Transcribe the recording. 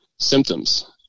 Symptoms